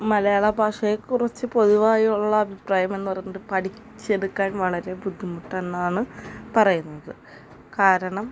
മലയാള ഭാഷയെ കുറിച്ച് പൊതുവായുള്ള അഭിപ്രായം എന്ന് പറയുന്നത് പഠിച്ചെടുക്കാൻ വളരെ ബുദ്ധിമുട്ട് എന്നാണ് പറയുന്നത് കാരണം